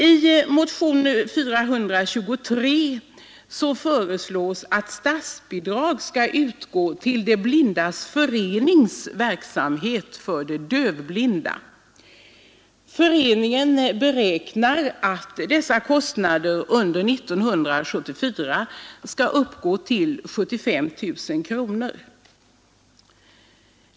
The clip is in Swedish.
I motionen 423 föreslås att statsbidrag skall utgå till De blindas förenings verksamhet för dövblinda. Föreningen beräknar att dessa kostnader under 1974 skall uppgå till 75 000 kronor.